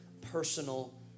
personal